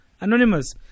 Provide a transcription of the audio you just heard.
anonymous